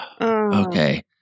okay